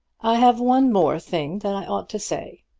i have one more thing that i ought to say.